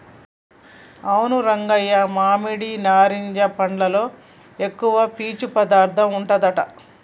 అవును రంగయ్య మామిడి నారింజ పండ్లలో ఎక్కువ పీసు పదార్థం ఉంటదట